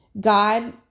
God